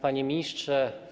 Panie Ministrze!